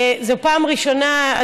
זו פעם ראשונה,